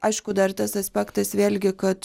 aišku dar tas aspektas vėlgi kad